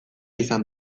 izan